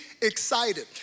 excited